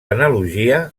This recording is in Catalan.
analogia